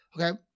Okay